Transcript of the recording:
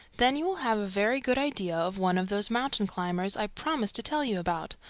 then you will have a very good idea of one of those mountain climbers i promised to tell you about,